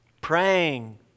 praying